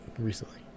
recently